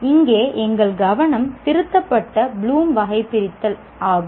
இங்கே எங்கள் கவனம் திருத்தப்பட்ட ப்ளூமின் வகைபிரித்தல் ஆகும்